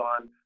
on